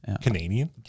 Canadian